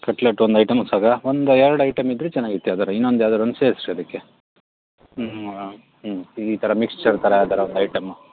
cutlet ಒಂದು item ಸಾಕಾ ಒಂದು ಎರಡು ಐಟಮ್ ಇದ್ದರೆ ಚೆನ್ನಾಗಿತ್ತು ಯಾವುದಾರು ಇನ್ನೊಂದು ಯಾವುದಾರು ಒಂದು ಸೇರ್ಸಿ ಅದಕ್ಕೆ ಹ್ಞೂ ಹ್ಞೂ ಈ ಥರ ಮಿಕ್ಶ್ಚರ್ ಥರ ಯಾವ್ದಾರು ಒಂದು ಐಟಮು